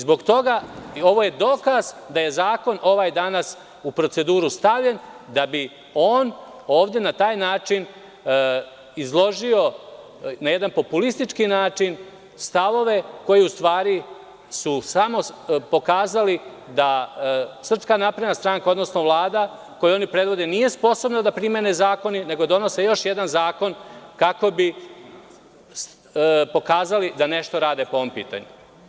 Zbog toga ovo je dokaz da je zakon ovaj danas u proceduru stavljen da bi on ovde na taj način izložio, na jedan populistički način stavove koje su u stvari samo pokazali da SNS, odnosno Vlada koju oni predvode nije sposobna da primene zakone nego donose još jedan zakon kako bi pokazali da nešto rade po ovom pitanju.